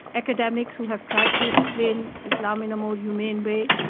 academics who have tried to explain islam in a more humane way,